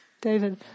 David